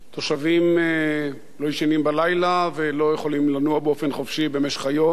תושבים לא ישנים בלילה ולא יכולים לנוע באופן חופשי במשך היום,